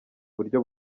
buryo